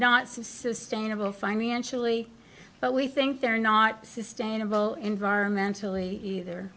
not sustainable financially but we think they're not sustainable environmentally either